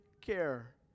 care